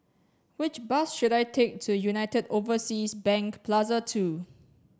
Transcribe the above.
which bus should I take to United Overseas Bank Plaza Two